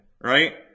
right